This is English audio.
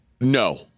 No